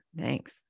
Thanks